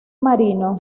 marino